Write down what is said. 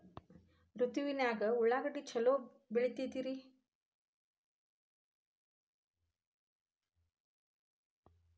ಯಾವ ಋತುವಿನಾಗ ಉಳ್ಳಾಗಡ್ಡಿ ಛಲೋ ಬೆಳಿತೇತಿ ರೇ?